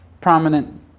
prominent